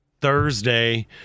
Thursday